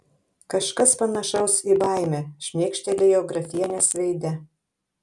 kažkas panašaus į baimę šmėkštelėjo grafienės veide